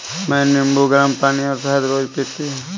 मैं नींबू, गरम पानी और शहद रोज पीती हूँ